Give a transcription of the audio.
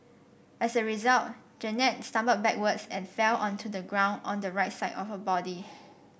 as a result Jeannette stumbled backwards and fell onto the ground on the right side of her body